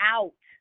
Out